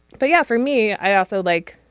but yeah for me i also like